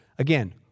Again